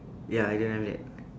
ya I don't have that